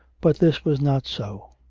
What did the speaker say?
but this was not so.